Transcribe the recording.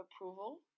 approval